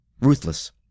ruthless